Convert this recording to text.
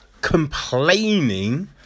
Complaining